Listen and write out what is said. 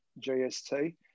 GST